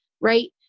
right